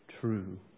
true